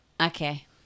Okay